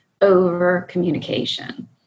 over-communication